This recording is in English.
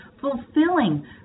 fulfilling